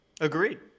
Agreed